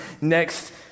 next